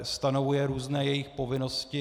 Stanovuje různé jejich povinnosti.